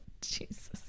jesus